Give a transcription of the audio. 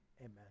amen